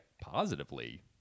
positively